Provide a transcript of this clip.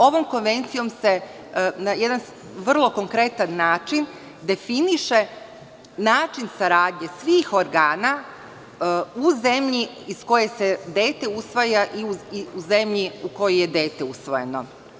Ovom konvencijom se na vrlo konkretan način definiše način saradnje svih organa u zemlji iz koje se dete usvaja i u zemlji u kojoj je dete usvojeno.